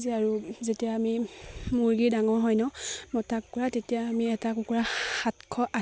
যে আৰু যেতিয়া আমি মুৰ্গী ডাঙৰ হয় ন মতা কুকুৰা তেতিয়া আমি এটা কুকুৰা সাতশ আঠশ